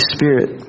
Spirit